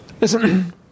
Listen